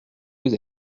vous